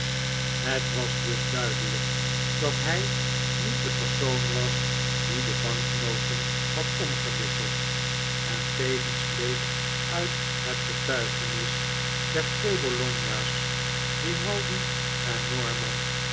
het was dus duidelijk dat hij niet de persoon was die de banknoten had omgewisseld en tevens week uit het getuigenis der twee bologna's grimaldi en norman